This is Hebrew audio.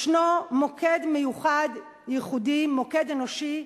ישנו מוקד מיוחד, ייחודי, מוקד אנושי,